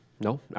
No